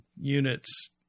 units